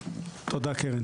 תודה.